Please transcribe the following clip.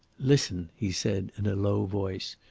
listen! he said, in a low voice,